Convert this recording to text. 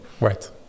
Right